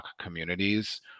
communities